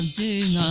the